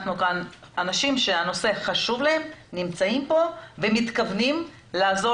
אנשים שהנושא חשוב להם נמצאים פה ומתכוונים לעזור